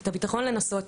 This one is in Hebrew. את הביטחון לנסות.